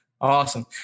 Awesome